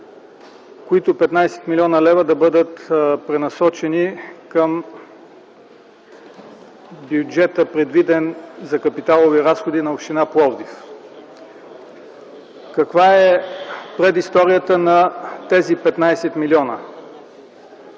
които да бъдат пренасочени към бюджета, предвиден за капиталови разходи на община Пловдив. Каква е предисторията на тези 15 милиона?